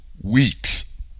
weeks